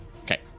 Okay